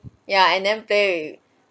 ya and then play